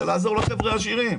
זה לעזור לחבר'ה העשירים.